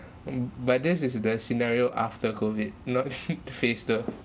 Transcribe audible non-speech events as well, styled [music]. mm but this is the scenario after COVID not [laughs] phased out